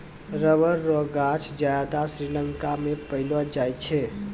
rubber रो गांछ ज्यादा श्रीलंका मे पैलो जाय छै